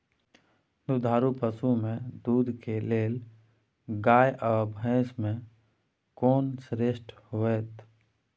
दुधारू पसु में दूध के लेल गाय आ भैंस में कोन श्रेष्ठ होयत?